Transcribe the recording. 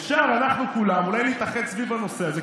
אפשר שאנחנו כולנו אולי נתאחד סביב הנושא הזה,